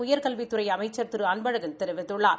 உயர்கல்வித்துறை அமைச்சர் திரு அன்பழகன் கூறியுள்ளார்